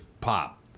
pop